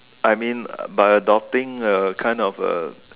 I mean uh by adopting a kind of a